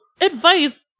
advice